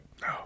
No